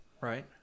right